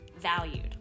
valued